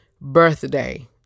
birthday